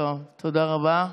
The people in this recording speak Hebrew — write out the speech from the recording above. תודה רבה.